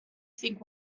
think